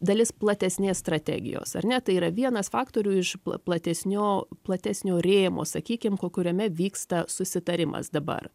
dalis platesnės strategijos ar ne tai yra vienas faktorių iš pla platesnio platesnio rėmo sakykim ko kuriame vyksta susitarimas dabar